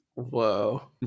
Whoa